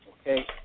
Okay